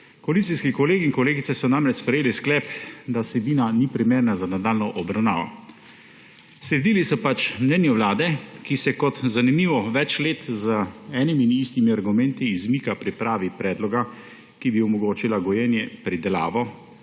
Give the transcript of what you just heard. Koalicijski kolegi in kolegice so namreč sprejeli sklep, da vsebina ni primerna za nadaljnjo obravnavo. Sledili so pač mnenju Vlade, ki se – zanimivo – več let z enimi in istimi argumenti izmika pripravi predloga, ki bi omogočil gojenje, pridelavo,